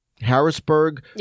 Harrisburg